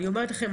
אני אומרת לכם,